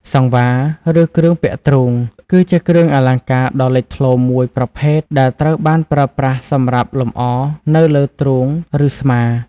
សង្វារ ឬ គ្រឿងពាក់ទ្រូង គឺជាគ្រឿងអលង្ការដ៏លេចធ្លោមួយប្រភេទ ដែលត្រូវបានប្រើប្រាស់សម្រាប់លម្អនៅលើ ទ្រូង ឬស្មា។